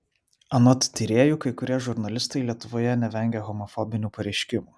anot tyrėjų kai kurie žurnalistai lietuvoje nevengia homofobinių pareiškimų